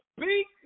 Speak